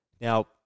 Now